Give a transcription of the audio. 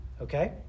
Okay